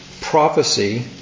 Prophecy